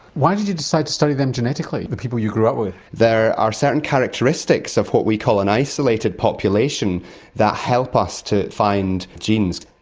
why did you decide to study them genetically, the people you grew up with? there are certain characteristics of what we call an isolated population that help us to find genes.